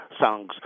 songs